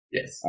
Yes